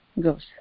goes